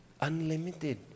unlimited